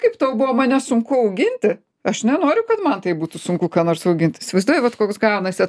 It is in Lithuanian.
kaip tau buvo mane sunku auginti aš nenoriu kad man taip būtų sunku ką nors auginti įsivaizduoji vat koks gaunasi